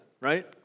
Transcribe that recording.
right